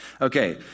Okay